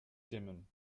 dimmen